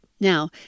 Now